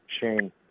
Shane